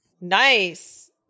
Nice